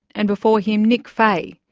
and before him, nick fahey.